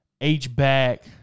H-back